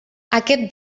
aquest